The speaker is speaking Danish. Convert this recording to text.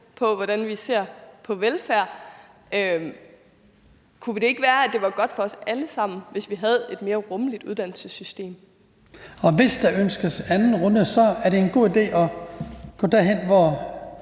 på, hvordan vi ser på velfærd. Kunne det ikke være, at det var godt for os alle sammen, hvis vi havde et mere rummeligt uddannelsessystem? Kl. 17:09 Den fg. formand (Hans Kristian Skibby): Så er det